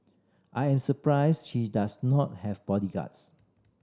I am surprised she does not have bodyguards